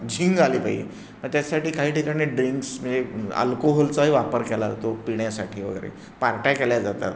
झिंग आली पाहिजे मग त्यासाठी काही ठिकाणी ड्रिंक्स म्हणजे अल्कोहोलचाही वापर केला जातो पिण्यासाठी वगैरे पार्ट्या केल्या जातात